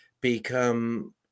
become